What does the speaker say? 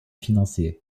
financier